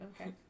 okay